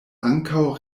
ankaŭ